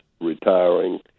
retiring